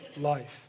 life